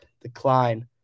decline